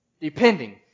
depending